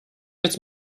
jetzt